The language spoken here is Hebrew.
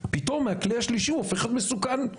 פתאום מהכלי השלישי הוא הופך להיות מסוכן,